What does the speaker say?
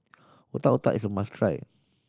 Otak Otak is a must try